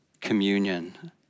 communion